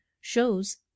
shows